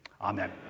Amen